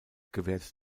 gewährt